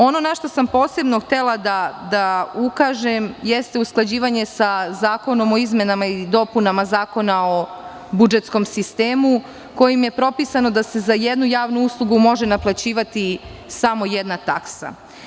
Ono na šta sam posebno htela da ukažem jeste usklađivanje sa Zakonom o izmenama i dopunama Zakona o budžetskom sistemu, kojim je propisano da se za jednu javnu uslugu može naplaćivati samo jedna taksa.